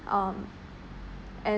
um and